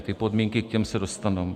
A ty podmínky, k těm se dostanu.